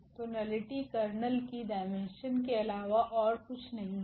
तो nullity kernel की dimension के अलावा और कुछ नहीं है